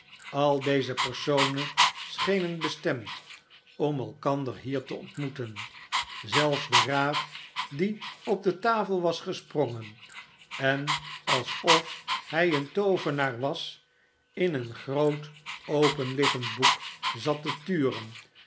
al deze personen schenen bestemd om elkander hier te ontmoeten zelfs de raaf die op de tafel was gesprongen en alsof hij een toovenaar was in een groot openliggend boek zat te turen